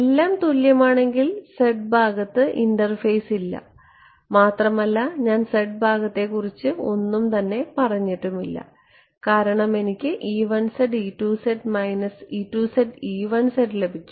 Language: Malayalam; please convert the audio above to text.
എല്ലാം തുല്യമാണെങ്കിൽ z ഭാഗത്ത് ഇന്റർഫേസ് ഇല്ല മാത്രമല്ല ഞാൻ z ഭാഗത്തെ കുറിച്ച് ഒന്നും തന്നെ പറഞ്ഞിട്ടില്ല കാരണം എനിക്ക് ലഭിച്ചു